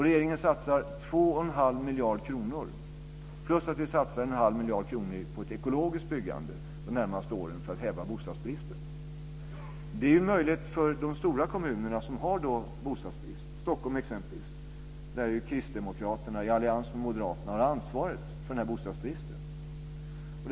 Regeringen satsar 2 1⁄2 miljard kronor, förutom att vi satsar en halv miljard kronor på ett ekologiskt byggande, de närmaste åren för att häva bostadsbristen. Det är möjligt för de stora kommunerna som har bostadsbrist, t.ex. Stockholm, där ju Kristdemokraterna i allians med Moderaterna har ansvaret för bostadsbristen.